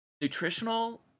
nutritional